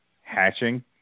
hatching